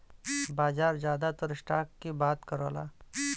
बाजार जादातर स्टॉक के बात करला